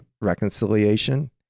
reconciliation